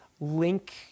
link